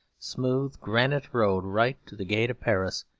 smooth granite road right to the gate of paris,